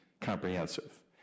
comprehensive